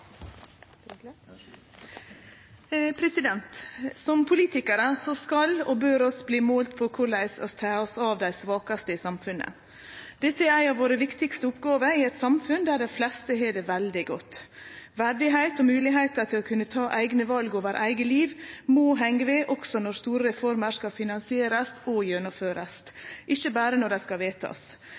Som politikarar skal og bør vi bli målte på korleis vi tek oss av dei svakaste i samfunnet. Dette er ei av våre viktigaste oppgåver i et samfunn der dei fleste har det veldig godt. Verdigheit og moglegheiter til å kunne ta eigne val om eigne liv må henge ved også når store reformer skal finansierast og gjennomførast, ikkje berre når dei skal